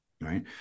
right